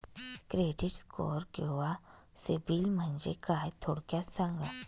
Credit score किंवा सिबिल म्हणजे काय? थोडक्यात सांगा